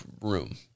room